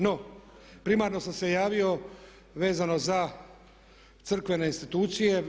No, primarno sam se javio vezano za crkvene institucije.